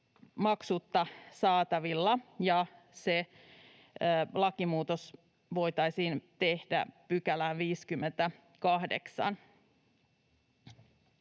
maksutta saatavilla. Se lakimuutos voitaisiin tehdä 58 §:ään.